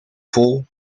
vol